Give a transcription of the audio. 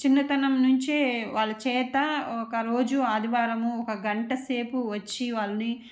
చిన్నతనం నుంచే వాళ్ళ చేత ఒకరోజు ఆదివారము ఒక గంట సేపు వచ్చి వాళ్ళని